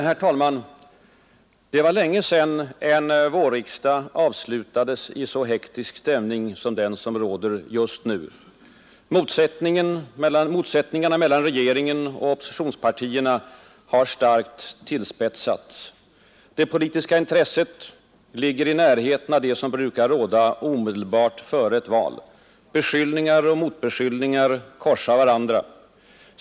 Herr talman! Det var länge sedan en vårriksdag avslutades i en så hektisk stämning som den som råder just nu. Motsättningarna mellan regeringen och oppositionspartierna har starkt tillspetsats. Det politiska intresset ligger i närheten av det som brukar råda omedelbart före ett val. Beskyllningar och motbeskyllningar korsar varandra.